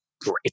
great